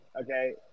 okay